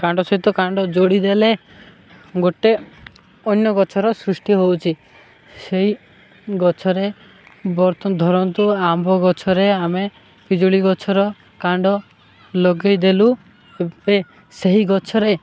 କାଣ୍ଡ ସହିତ କାଣ୍ଡ ଯୋଡ଼ିଦେଲେ ଗୋଟେ ଅନ୍ୟ ଗଛର ସୃଷ୍ଟି ହେଉଛି ସେଇ ଗଛରେ ବର୍ତ ଧରନ୍ତୁ ଆମ୍ବ ଗଛରେ ଆମେ ପିଜୁଳି ଗଛର କାଣ୍ଡ ଲଗାଇଦେଲୁ ଏବେ ସେହି ଗଛରେ